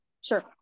sure